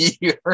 year